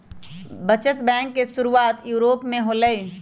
बचत बैंक के शुरुआत यूरोप में होलय